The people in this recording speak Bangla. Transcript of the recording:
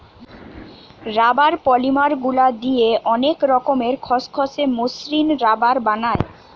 রাবার পলিমার গুলা দিয়ে অনেক রকমের খসখসে, মসৃণ রাবার বানায়